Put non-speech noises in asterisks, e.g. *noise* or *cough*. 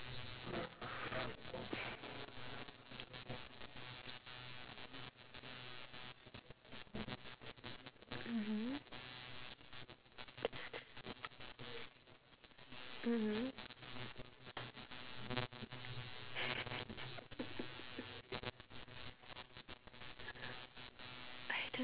mmhmm mmhmm *laughs* I don't